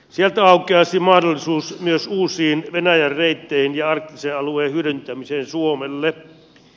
sieltä aukeaisi mahdollisuus myös uusiin venäjän reitteihin ja arktisen alueen hyödyntämiseen suomelle